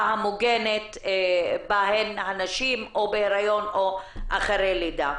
המוגנת בה הנשים בהיריון או אחרי לידה.